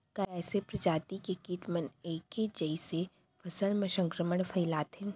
का ऐके प्रजाति के किट मन ऐके जइसे फसल म संक्रमण फइलाथें?